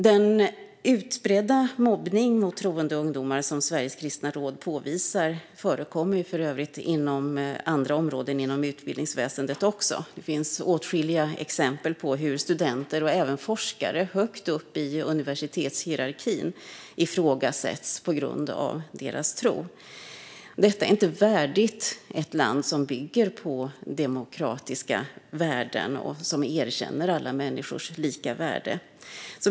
Den utbredda mobbning av troende ungdomar som Sveriges kristna råd påvisar förekommer för övrigt även på andra områden inom utbildningsväsendet. Det finns åtskilliga exempel på att studenter och även forskare högt upp i universitetshierarkin ifrågasätts på grund av sin tro. Detta är inte värdigt ett land som bygger på demokratiska värden och som erkänner alla människors lika värde.